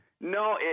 No